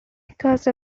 because